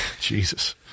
Jesus